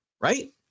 right